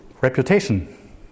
reputation